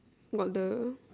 mother